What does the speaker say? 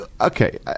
Okay